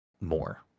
more